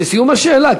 בסיום השאלה,